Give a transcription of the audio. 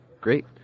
Great